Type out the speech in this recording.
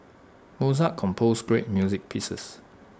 Mozart composed great music pieces